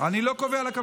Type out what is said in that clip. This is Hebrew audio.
אני לא קובע לה כמה זמן.